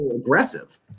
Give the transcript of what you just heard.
aggressive